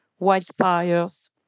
wildfires